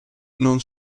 non